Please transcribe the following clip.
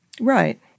Right